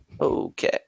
Okay